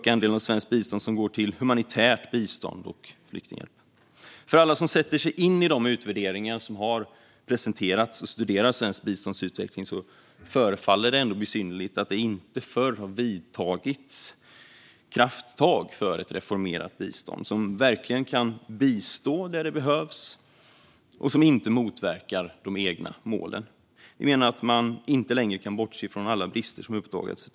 Andelen av svenskt bistånd som går till humanitärt bistånd och flyktinghjälp bör öka. För alla som sätter sig in i de utvärderingar som har presenterats och studerar svenskt bistånds utveckling förefaller det besynnerligt att det inte förr har tagits krafttag för ett reformerat bistånd, som verkligen kan bistå där det behövs och som inte motverkar de egna målen. Vi menar att man inte längre kan bortse från alla brister som uppdagats.